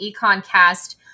Econcast